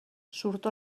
surto